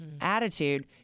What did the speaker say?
attitude